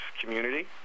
community